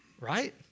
Right